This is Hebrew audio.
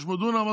600 דונם,